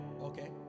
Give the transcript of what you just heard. okay